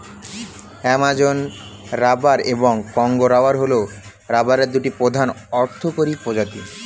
Amazon rubber এবং Congo rubber হল রাবারের দুটি প্রধান অর্থকরী প্রজাতি